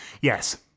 Yes